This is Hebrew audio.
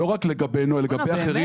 לא רק לגבינו, לגבי אחרים.